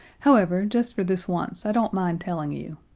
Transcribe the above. however, just for this once i don't mind telling you.